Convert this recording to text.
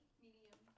Medium